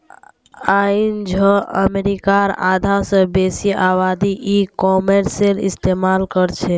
आइझो अमरीकार आधा स बेसी आबादी ई कॉमर्सेर इस्तेमाल करछेक